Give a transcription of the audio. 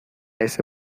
ese